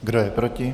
Kdo je proti?